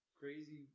crazy